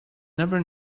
never